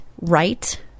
right